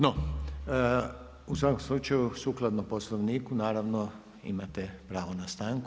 No, u svakom slučaju sukladno Poslovniku naravno imate pravo stanku.